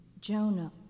jonah